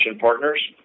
partners